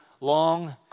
long